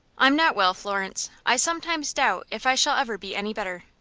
i'm not well, florence. i sometimes doubt if i shall ever be any better.